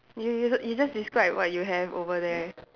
you you you just describe what you have over there